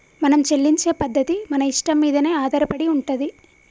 మనం చెల్లించే పద్ధతి మన ఇష్టం మీదనే ఆధారపడి ఉంటది